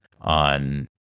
on